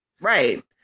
Right